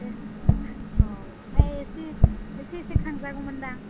ए औ ओमफ्राय एसे एसे खांजागौमोनदां